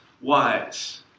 wise